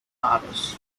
artist